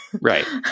Right